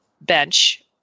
bench